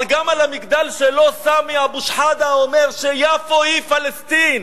גם על המגדל שלו סמי אבו-שחאדה אומר שיפו היא פלסטין.